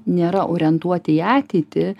nėra orientuoti į ateitį